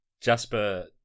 Jasper